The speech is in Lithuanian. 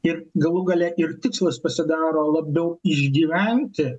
ir galų gale ir tikslas pasidaro labiau išgyventi